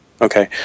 Okay